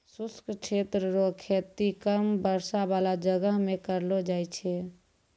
शुष्क क्षेत्र रो खेती कम वर्षा बाला जगह मे करलो जाय छै